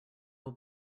will